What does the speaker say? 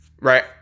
right